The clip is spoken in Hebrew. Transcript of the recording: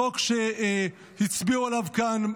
החוק שהצביעו עליו כאן,